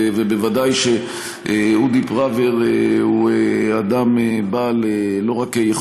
ובוודאי שאודי פראוור הוא אדם לא רק בעל